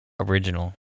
Original